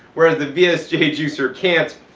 whereas the vsj juicer can't.